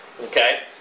Okay